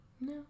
No